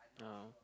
oh